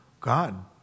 God